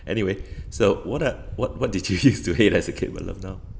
anyway so what are what what did you use to hate as a kid but love now